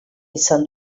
izan